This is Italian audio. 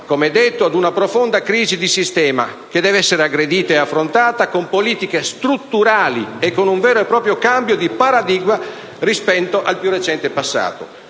come detto, ad una profonda crisi di sistema, che deve essere aggredita e affrontata con politiche strutturali e con un vero e proprio cambio di paradigma rispetto al più recente passato.